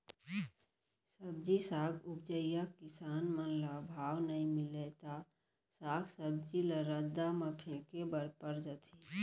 सब्जी साग उपजइया किसान मन ल भाव नइ मिलय त साग सब्जी ल रद्दा म फेंके बर पर जाथे